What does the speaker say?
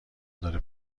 داره